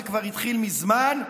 זה כבר התחיל מזמן,